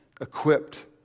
equipped